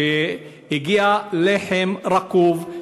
כשהגיע לחם רקוב,